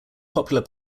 popular